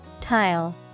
Tile